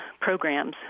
programs